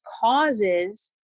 causes